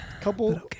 Couple